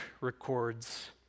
records